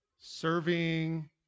Serving